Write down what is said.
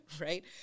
right